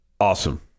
awesome